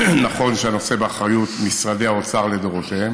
נכון שהנושא באחריות משרדי האוצר לדורותיהם,